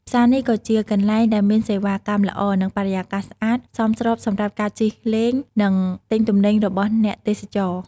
ផ្សារនេះក៏ជាកន្លែងដែលមានសេវាកម្មល្អ និងបរិយាកាសស្អាត សមស្របសម្រាប់ការជិះលេង និងទិញទំនិញរបស់អ្នកទេសចរ។